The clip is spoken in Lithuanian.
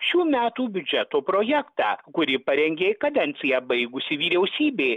šių metų biudžeto projektą kurį parengė kadenciją baigusi vyriausybė